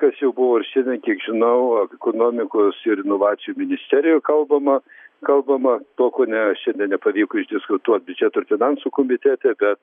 kas jau buvo ir šiandien kiek žinau ekonomikos ir inovacijų ministerijo kalbama kalbama to ko ne šiandien nepavyko išdiskutuot biudžeto ir finansų komitete bet